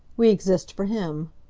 we exist for him.